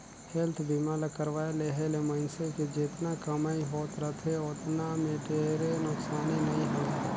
health बीमा ल करवाये लेहे ले मइनसे के जेतना कमई होत रथे ओतना मे ढेरे नुकसानी नइ होय